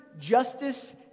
justice